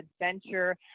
adventure